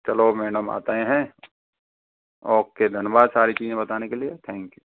चलो मैडम आते हैं ओके धन्यवाद सारी चीज़े बताने के लिए थैंक यू